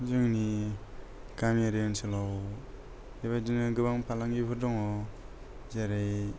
जोंनि गामियारि ओनसोलाव बेबादिनो गोबां फालांगिफोर दङ जेरै